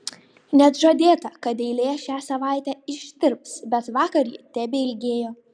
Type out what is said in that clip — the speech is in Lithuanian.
net žadėta kad eilė šią savaitę ištirps bet vakar ji tebeilgėjo